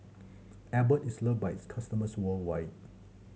Abbott is loved by its customers worldwide